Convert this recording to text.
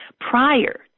prior